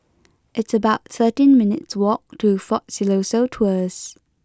it's about thirteen minutes' walk to Fort Siloso Tours